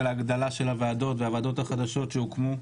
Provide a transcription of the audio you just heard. להגדלה של הוועדות והוועדות החדשות שהוקמו?